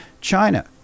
China